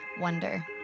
wonder